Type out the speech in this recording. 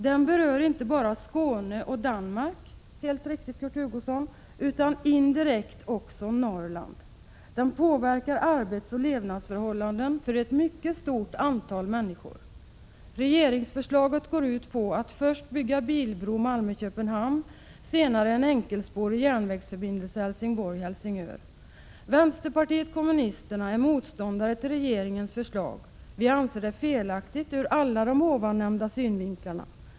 Den berör inte bara Skåne och Danmark — helt riktigt, Kurt Hugosson — utan indirekt också Norrland. Den påverkar arbetsoch levnadsförhållanden för ett mycket stort antal människor. Regeringsförslaget går ut på att först bygga bilbro Malmö-Köpenhamn, senare en enkelspårig järnvägsförbindelse Helsingborg-Helsingör. Vpk är motståndare till regeringens förslag. Vi anser det felaktigt ur alla de ovannämnda synvinklarna.